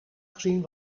gezien